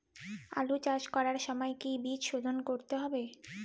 আলু চাষ করার সময় কি বীজ শোধন করতে হবে?